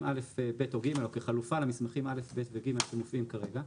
א' ב' או ג' או כחלופה למסמכים א' ב' ו-ג' שמופיעים כרגע,